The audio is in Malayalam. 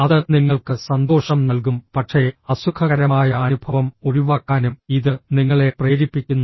അത് നിങ്ങൾക്ക് സന്തോഷം നൽകും പക്ഷേ അസുഖകരമായ അനുഭവം ഒഴിവാക്കാനും ഇത് നിങ്ങളെ പ്രേരിപ്പിക്കുന്നു